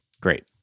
Great